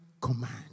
command